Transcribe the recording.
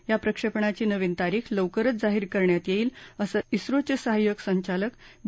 या प्रक्षप्रणाची नवीन तारीख लवकरच जाहीर करण्यात यईता असं इस्रोच सिहाय्यक संचालक बी